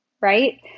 Right